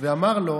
ואמר לו: